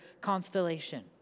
constellation